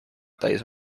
täis